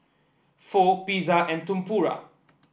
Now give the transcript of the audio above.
Pho Pizza and Tempura